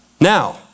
now